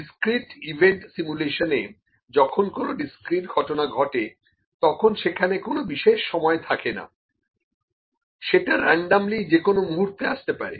discrete event সিমুলেশনে যখন কোনো ডিসক্রিট ঘটনা ঘটে তখন সেখানে কোনো বিশেষ সময় থাকে না সেটা র্যানডমলি যে কোনো মুহূর্তে আসতে পারে